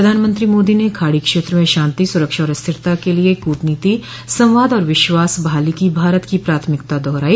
प्रधानमंत्री मोदी ने खाड़ी क्षेत्र में शांति सुरक्षा और स्थिरता क लिए कूटनीति संवाद और विश्वास बहाली की भारत की प्राथमिकता दोहराई